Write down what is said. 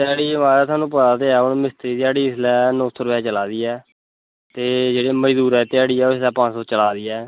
ध्याड़ी माराज थोआनू पता ते ऐ हु'न मिस्त्री दी ध्याड़ी इसलै नौ सौ रपेआ चला दी ऐ ते जेह्ड़े मजदूरा दी ध्याड़ी ऐ ओह् इसलै पंज सौ चला दी ऐ